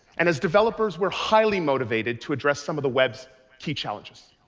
and as developers, we're highly motivated to address some of the web's key challenges.